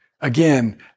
Again